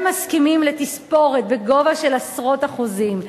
מסכימים לתספורת בגובה של עשרות אחוזים,